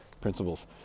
principles